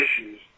issues